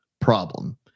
problem